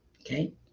Okay